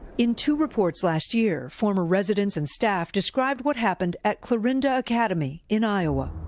in two reports last year, former residents and staff described what happened at clarinda academy in iowa.